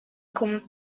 como